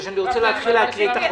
וכל הבעיות שיישארו פתוחות,